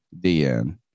DN